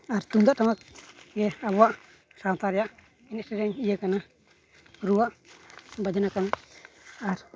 ᱟᱨ ᱛᱩᱢᱫᱟᱜ ᱴᱟᱢᱟᱠ ᱜᱮ ᱟᱵᱚᱣᱟᱜ ᱥᱟᱶᱛᱟ ᱨᱮᱭᱟᱜ ᱮᱱᱮᱡ ᱥᱮᱨᱮᱧ ᱤᱭᱟᱹᱠᱟᱱᱟ ᱨᱩᱣᱟᱜ ᱵᱟᱡᱽᱱᱟ ᱠᱟᱱᱟ ᱟᱨ